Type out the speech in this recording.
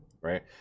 right